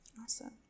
Awesome